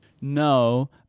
No